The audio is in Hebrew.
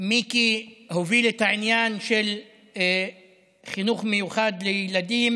מיקי הוביל את העניין של חינוך מיוחד לילדים